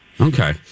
Okay